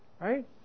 right